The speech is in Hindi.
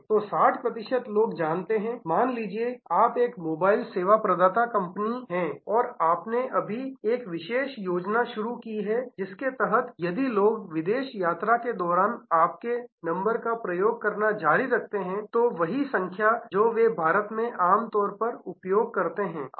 तो 60 प्रतिशत लोग जानते हैं मान लीजिए आप एक मोबाइल सेवा प्रदाता कंपनी हैं और आपने अभी एक विशेष योजना शुरू की है जिसके तहत यदि लोग विदेश यात्रा के दौरान आपके नंबर का उपयोग करना जारी रखते हैं तो वही संख्या जो वे भारत में आमतौर पर उपयोग करते हैं